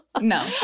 no